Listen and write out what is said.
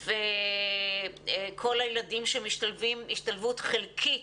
וכל הילדים שמשתלבים השתלבות חלקית,